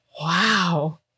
Wow